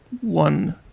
one